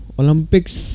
olympics